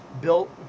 built